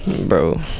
bro